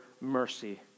mercy